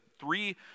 three